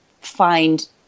find